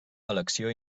elecció